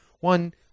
one